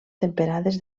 temperades